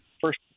First